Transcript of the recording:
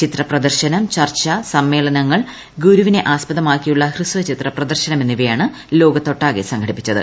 ചിത്രപ്രദർശനം ചർച്ചാ സമ്മേളനങ്ങൾ ഗുരുവിനെ ആസ്പദമാക്കിയുള്ള ഹ്രസ്വചിത്ര പ്രദർശനം എന്നിവയാണ് ലോകത്തൊട്ടാകെ സംഘടിപ്പിച്ചത്